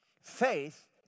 Faith